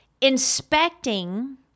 inspecting